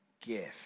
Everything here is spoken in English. gift